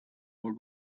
what